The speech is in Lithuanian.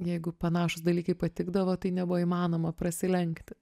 jeigu panašūs dalykai patikdavo tai nebuvo įmanoma prasilenkti